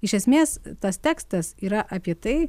iš esmės tas tekstas yra apie tai